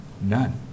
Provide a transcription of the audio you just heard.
None